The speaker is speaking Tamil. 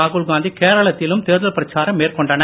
ராகுல் காந்தி கேரளத்திலும் தேர்தல் பிரச்சாரம் மேற்கொண்டனர்